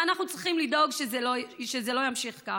ואנחנו צריכים לדאוג שזה לא יימשך כך.